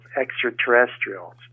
extraterrestrials